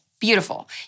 beautiful